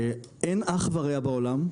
אין אח ורע בעולם,